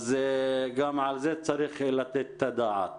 אז גם על זה צריך לתת את הדעת.